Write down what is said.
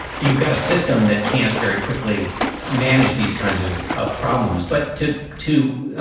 you've got a system that can't very quickly manage these kinds of of problems. but to to